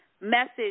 message